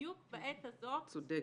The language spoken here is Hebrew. בדיוק בעת הזאת -- צודקת.